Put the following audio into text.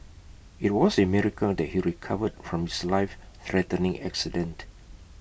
IT was A miracle that he recovered from his lifethreatening accident